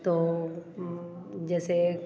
तो हम्म जैसे